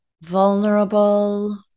vulnerable